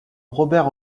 robert